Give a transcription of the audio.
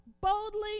boldly